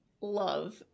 love